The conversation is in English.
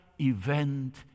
event